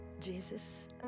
Jesus